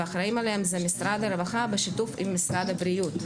ואחראים עליהם זה משרד הרווחה בשיתוף עם משרד הבריאות.